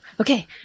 okay